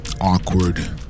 awkward